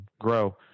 grow